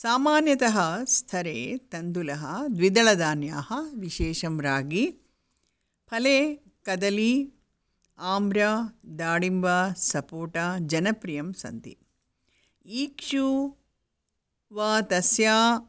सामान्यतः स्थरे तन्डुलः द्विदळधान्याः विशेषं रागी फले कदली आम्र दाळिम्बा सपोटा जनप्रियं सन्ति इक्षु वा तस्य